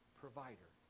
provider